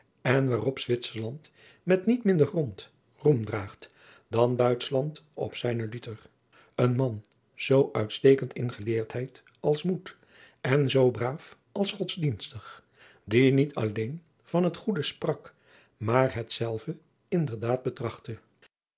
en waarop zwitserland met niet minder grond roem draagt dan duitschland op zijnen luther een man zoo uitstekend in geleerdheid als moed en zoo braaf als godsdienstig die niet alleen van het goede sprak maar hetzelve